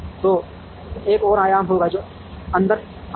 तो एक और आयाम होगा जो अंदर आएगा